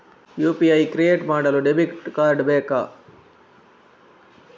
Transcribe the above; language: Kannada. ಯು.ಪಿ.ಐ ಕ್ರಿಯೇಟ್ ಮಾಡಲು ಡೆಬಿಟ್ ಕಾರ್ಡ್ ಬೇಕಾ?